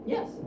Yes